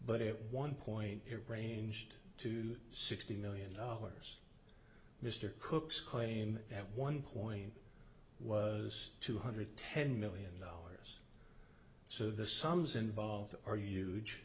but if one point it ranged to sixty million dollars mr cooke's claim at one point was two hundred ten million dollars so the sums involved are huge